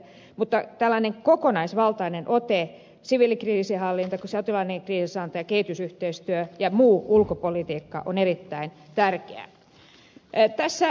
mutta tällainen kokonaisvaltainen ote siviilikriisinhallinta sotilaallinen kriisinhallinta ja kehitysyhteistyö ja muu ulkopolitiikka on erittäin tärkeä